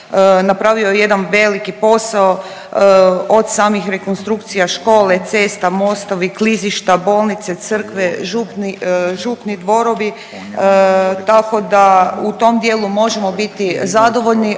napravio jedan veliki posao od samih rekonstrukcija škole, cesta, mostovi, klizišta, bolnice, crkve, župni župni dvorovi tako da u tom dijelu možemo biti zadovoljni,